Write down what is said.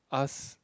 ask